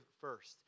first